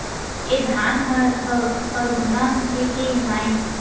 ए धान ह हरूना हे के माई?